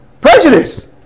prejudice